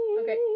Okay